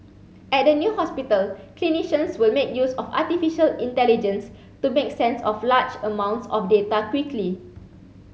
at the new hospital clinicians will make use of artificial intelligence to make sense of large amounts of data quickly